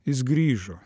jis grįžo